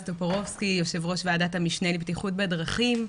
טופורובסקי יו"ר ועדת המשנה לבטיחות בדרכים,